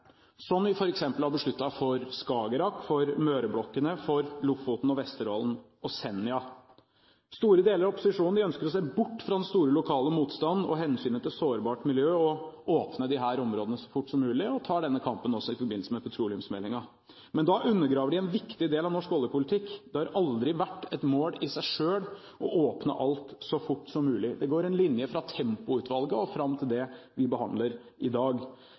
som vi f.eks. har besluttet for Skagerrak, for Møreblokkene, for Lofoten, Vesterålen og Senja. Store deler av opposisjonen ønsker å se bort fra den store lokale motstanden og hensynet til sårbart miljø og åpne disse områdene så fort som mulig, og tar denne kampen også i forbindelse med petroleumsmeldingen. Men da undergraver de en viktig del av norsk oljepolitikk. Det har aldri vært et mål i seg selv å åpne alt så fort som mulig. Det går en linje fra Tempoutvalget og fram til det vi behandler i dag.